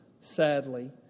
sadly